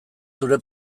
zure